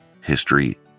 History